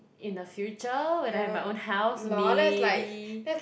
in the future when I have my own house maybe